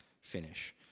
finish